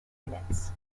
units